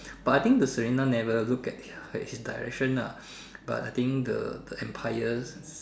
but I think the Serena never look at her his direction ah but I think the the empires